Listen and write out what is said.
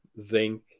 zinc